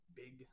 big